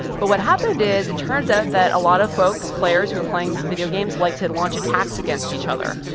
but what happened is, it turns out that a lot of folks, players who are playing video games, like to launch attacks against each other.